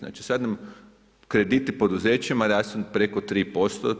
Znači, sad krediti poduzećima rastu preko 3%,